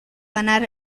ganar